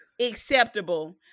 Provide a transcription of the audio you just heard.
acceptable